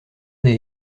des